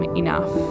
enough